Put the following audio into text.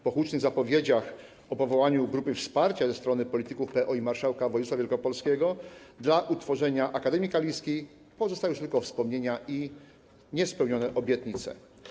Po hucznych zapowiedziach o powołaniu grupy wsparcia ze strony polityków PO i marszałka województwa wielkopolskiego dla utworzenia Akademii Kaliskiej pozostały już tylko wspomnienia i niespełnione obietnice.